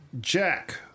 Jack